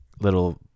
little